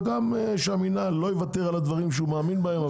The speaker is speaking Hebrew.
וגם שהמינהל לא יוותר על הדברים שהוא מאמין בהם,